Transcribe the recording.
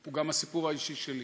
הוא גם הסיפור האישי שלי.